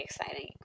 exciting